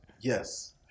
Yes